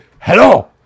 Hello